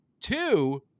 two